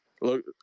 Look